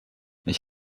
ich